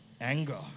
anger